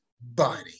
body